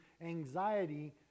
anxiety